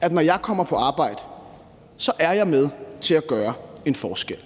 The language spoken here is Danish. at når jeg kommer på arbejde, er jeg med til at gøre en forskel